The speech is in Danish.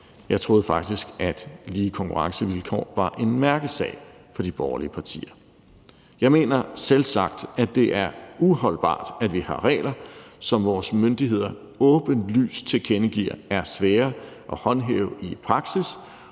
Jeg troede faktisk, at lige konkurrencevilkår var en mærkesag for de borgerlige partier. Jeg mener selvsagt, at det er uholdbart, at vi har regler, som vores myndigheder åbenlyst tilkendegiver er svære at håndhæve i praksis,